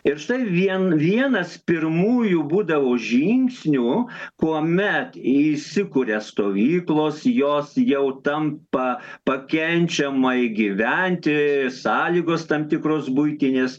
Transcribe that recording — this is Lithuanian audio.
ir štai vien vienas pirmųjų būdavo žingsnių kuomet įsikuria stovyklos jos jau tampa pakenčiamai gyventi sąlygos tam tikros buitinės